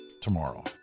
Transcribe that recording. tomorrow